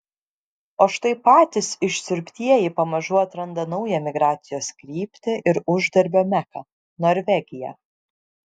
o štai patys išsiurbtieji pamažu atranda naują migracijos kryptį ir uždarbio meką norvegiją